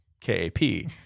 K-A-P